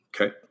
Okay